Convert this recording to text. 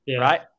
Right